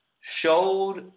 showed